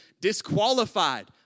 disqualified